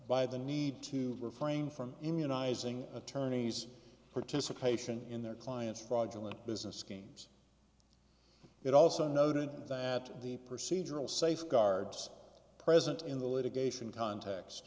by the need to refrain from immunising attorneys participation in their client's fraudulent business schemes it also noted that the procedural safeguards present in the litigation cont